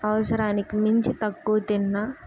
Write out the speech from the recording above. అవసరానికి మించి తక్కువ తిన్న